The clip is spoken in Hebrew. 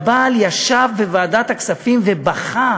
הבעל ישב בוועדת הכספים ובכה,